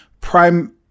prime